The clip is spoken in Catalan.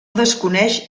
desconeix